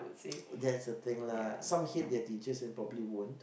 that's the thing lah some hate the teachers their teachers and probably won't